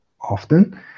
often